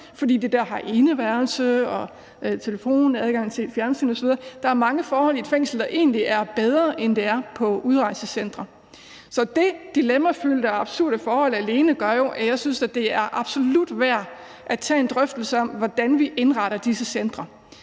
fordi de dér har eneværelse, telefon og adgang til fjernsyn osv. Der er mange forhold i et fængsel, der egentlig er bedre, end de er på udrejsecentre. Så det dilemmafyldte og absurde forhold alene gør jo, at jeg absolut synes, det er værd at tage en drøftelse af, hvordan vi indretter disse centre.